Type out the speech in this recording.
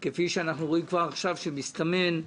כפי שאנחנו רואים שמסתמן כבר עכשיו